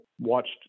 watched